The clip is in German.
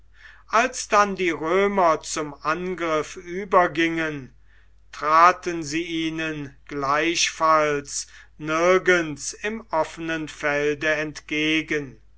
als dann die römer zum angriff übergingen traten sie ihnen gleichfalls nirgends im offenen felde entgegen